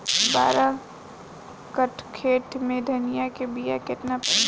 बारह कट्ठाखेत में धनिया के बीया केतना परी?